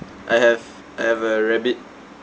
I have I have a rabbit